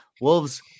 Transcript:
Wolves